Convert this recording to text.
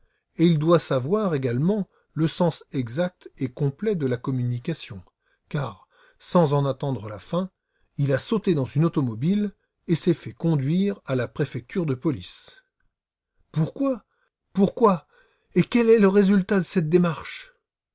et il doit savoir également le sens exact et complet de la communication car sans en attendre la fin il a sauté dans une automobile et s'est fait conduire à la préfecture de police pourquoi pourquoi et quel est le résultat de cette démarche